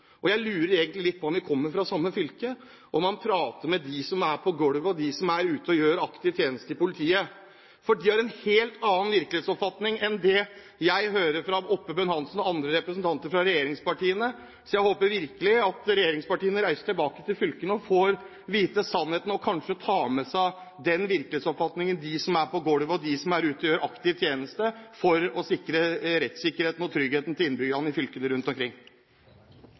jeg lurer egentlig litt på om vi virkelig kommer fra samme fylke, og om han prater med dem som er på gulvet, og dem som er ute og gjør aktiv tjeneste i politiet. For de har en helt annen virkelighetsoppfatning enn det jeg hører fra Oppebøen Hansen og andre representanter fra regjeringspartiene. Så jeg håper virkelig at regjeringspartiene reiser tilbake til fylkene og får vite sannheten, og kanskje tar med seg virkelighetsoppfatningen fra dem som er på gulvet, og dem som er ute og gjør aktiv tjeneste, for å ivareta rettssikkerheten og sikre tryggheten til innbyggerne i fylkene rundt omkring.